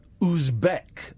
Uzbek